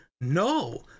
No